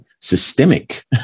systemic